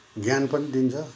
ज्ञान पनि दिन्छ